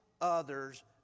others